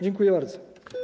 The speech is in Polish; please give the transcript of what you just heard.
Dziękuję bardzo.